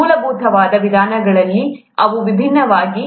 ಮೂಲಭೂತ ವಿಧಾನಗಳಲ್ಲಿ ಅವು ವಿಭಿನ್ನವಾಗಿವೆ